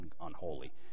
unholy